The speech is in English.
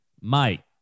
Mike